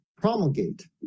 promulgate